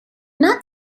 not